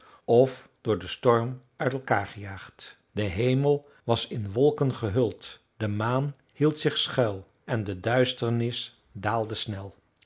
f door den storm uit elkaar gejaagd de hemel was in wolken gehuld de maan hield zich schuil en de duisternis daalde snel